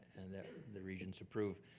and that the regents approve.